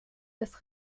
des